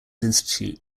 institute